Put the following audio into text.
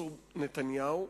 פרופסור נתניהו,